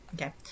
okay